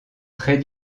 très